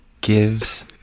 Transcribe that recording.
gives